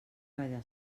balla